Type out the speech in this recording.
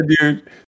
dude